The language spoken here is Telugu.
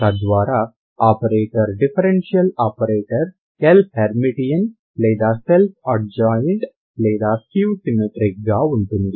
తద్వారా operator differential operator L Hermitian లేదా సెల్ఫ్ అడ్జాయింట్ లేదా స్క్యూ సిమెట్రిక్ గా ఉంటుంది